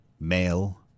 male